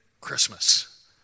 christmas